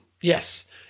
Yes